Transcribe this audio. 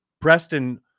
Preston